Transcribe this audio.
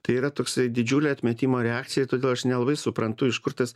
tai yra toksai didžiulė atmetimo reakcija todėl aš nelabai suprantu iš kur tas